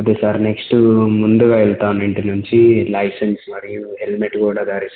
అదే sir next ముందుగా వెళ్తాను ఇంటి నుంచి లైసెన్స్ మరియు హెల్మెట్ కూడా ధరిస్తా